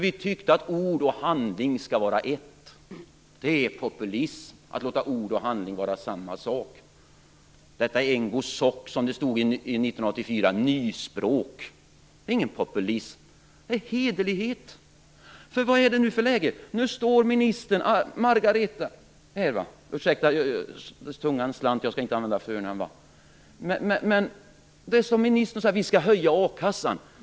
Vi tyckte att ord och handling skall vara ett. Det är populism, att låta ord och handling vara samma sak. Detta är Engosoc, som det stod i 1984, dvs. nyspråk. Det är ingen populism. Det är hederlighet. Vad är det nu för läge? Nu står ministern Margareta Winberg och säger att vi skall höja a-kassan.